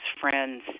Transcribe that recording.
friends